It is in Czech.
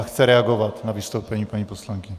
Chce reagovat na vystoupení paní poslankyně.